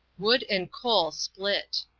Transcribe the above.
wood and coal split.